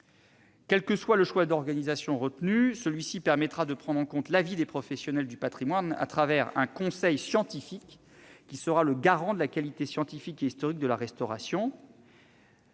Quel que soit le choix d'organisation retenu, il permettra de prendre en compte l'avis des professionnels du patrimoine au travers d'un conseil scientifique, qui sera le garant de la qualité scientifique et historique de la restauration.